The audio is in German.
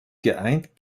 geeint